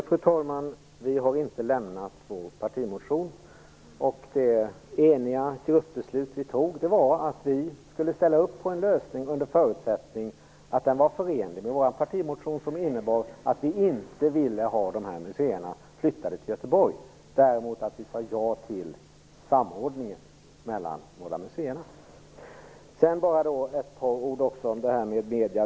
Fru talman! Nej, vi har inte lämnat vår partimotion. Det eniga gruppbeslut vi fattade var att vi skulle ställa upp på en lösning under förutsättning att den var förenlig med vårt partimotion. Den innebar att vi inte ville ha museerna flyttade till Göteborg. Däremot sade vi ja till samordningen mellan museerna. Sedan vill jag säga ett par ord om medierna.